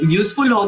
useful